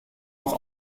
auch